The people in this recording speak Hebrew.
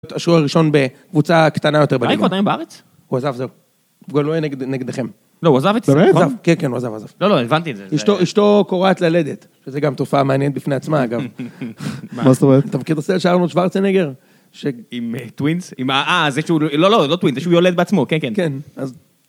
השוער הראשון בקבוצה הקטנה יותר בארץ. איך הוא עדיין בארץ? הוא עזב זה. הוא לא היה נגדכם. לא, הוא עזב את זה. באמת? כן, כן, הוא עזב, עזב. לא, לא, הבנתי את זה. אשתו כורעת ללדת. שזה גם תופעה מעניינת בפני עצמה, אגב. מה זאת אומרת? אתה מכיר את הסטייל של ארנולד שוורצינגר? עם טווינס? אה, זה שהוא... לא, לא, לא טווינס, זה שהוא יולד בעצמו. כן, כן. כן, אז...